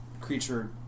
creature